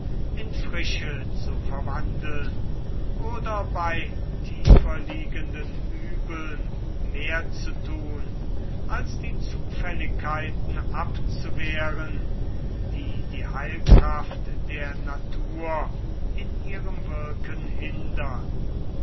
in frische zu verwandeln oder bei tieferliegenden übeln mehr zu tun als die zufälligkeiten abzuwehren die die heilkraft der natur in ihrem wirken hindern